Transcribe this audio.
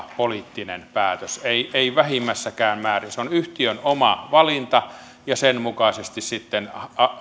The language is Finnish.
poliittinen päätös ei ei vähimmässäkään määrin se on yhtiön oma valinta ja sen mukaisesti sitten